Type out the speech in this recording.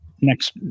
next